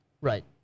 Right